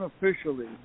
unofficially